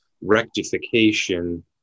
rectification